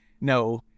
No